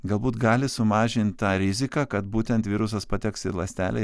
galbūt gali sumažint tą riziką kad būtent virusas pateks į ląstelę